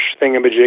thingamajig